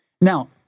Now